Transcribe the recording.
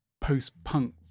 post-punk